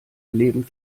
erleben